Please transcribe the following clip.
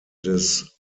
des